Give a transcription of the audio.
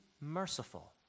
merciful